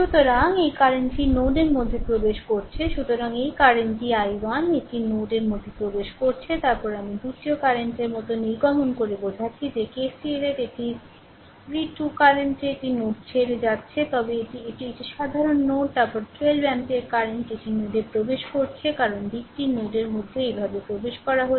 সুতরাং এই i1 কারেন্টটি নোডের মধ্যে প্রবেশ করছে সুতরাং এই কারেন্ট টি i1 এটি নোডের মধ্যে প্রবেশ করছে তারপরে আমি 2 কারেন্টের মতো নির্গমন করে বোঝাচ্ছি যে KCL এটি রি 2 কারেন্ট এটি নোডটি ছেড়ে যাচ্ছে তবে এটি একটি সাধারণ নোড তারপরে 12 অ্যাম্পিয়ার কারেন্ট এটি নোডে প্রবেশ করছে কারণ দিকটি নোডের মধ্যে এইভাবে প্রবেশ করা হচ্ছে